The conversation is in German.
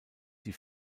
die